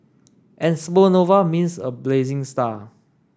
and supernova means a blazing star